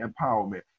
empowerment